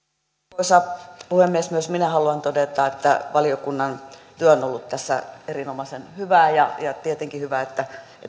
arvoisa puhemies myös minä haluan todeta että valiokunnan työ on ollut tässä erinomaisen hyvää ja on tietenkin hyvä että